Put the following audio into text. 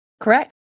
Correct